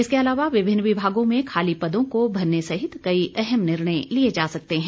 इसके अलावा विभिन्न विभागों में खाली पदों को भरने सहित कई अहम निर्णय लिए जा सकते हैं